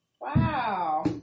Wow